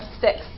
six